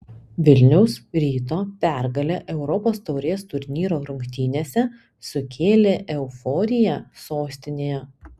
vilniaus ryto pergalė europos taurės turnyro rungtynėse sukėlė euforiją sostinėje